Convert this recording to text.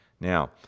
Now